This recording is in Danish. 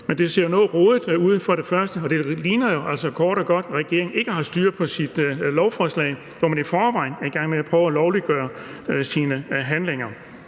men det ser jo for det første noget rodet ud, og det ligner for det andet kort og godt, at regeringen ikke har styr på sit lovforslag, hvor man i forvejen er i gang med at prøve at lovliggøre sine handlinger.